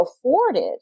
afforded